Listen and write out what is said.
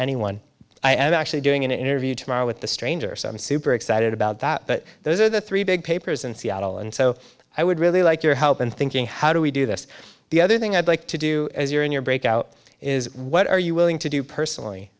anyone i am actually doing an interview tomorrow with the stranger so i'm super excited about that but those are the three big papers in seattle and so i would really like your help in thinking how do we do this the other thing i'd like to do is you're in your breakout is what are you willing to do personally